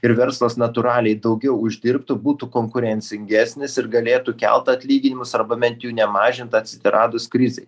ir verslas natūraliai daugiau uždirbtų būtų konkurencingesnis ir galėtų kelt atlyginimus arba bent jų nemažint atsiradus krizei